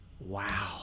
Wow